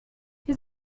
his